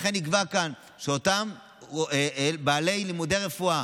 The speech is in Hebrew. לכן נקבע כאן שאותם בעלי לימודי רפואה